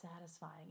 satisfying